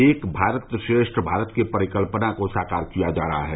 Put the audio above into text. एक भारत श्रेष्ठ भारत की परिकल्पना को साकार किया जा रहा है